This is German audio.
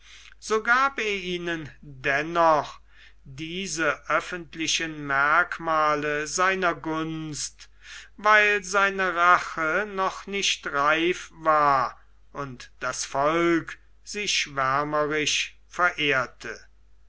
so gab er ihnen dennoch diese öffentlichen merkmale seiner gunst weil seine rache noch nicht reif war und das volk sie schwärmerisch verehrte